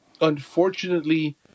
unfortunately